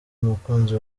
umukunzi